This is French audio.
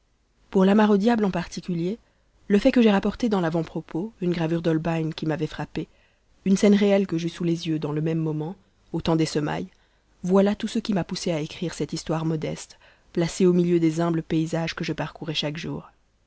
pour la mare au diable en particulier le fait que j'ai rapporté dans l'avant-propos une gravure d'holbein qui m'avait frappé une scène réelle que j'eus sous les yeux dans le même moment au temps des semailles voilà tout ce qui m'a poussé à écrire cette histoire modeste placée au milieu des humbles paysages que je parcourais chaque jour